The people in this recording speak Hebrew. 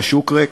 והשוק ריק.